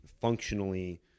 functionally